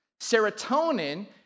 Serotonin